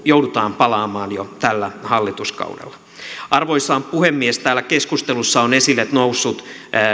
joudutaan palaamaan jo tällä hallituskaudella arvoisa puhemies täällä keskustelussa ovat esille nousseet